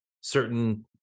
certain